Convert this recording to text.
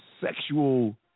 sexual